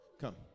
come